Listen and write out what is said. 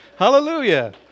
Hallelujah